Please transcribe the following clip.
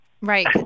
Right